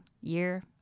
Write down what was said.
year